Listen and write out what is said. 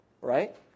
Right